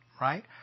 right